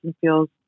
feels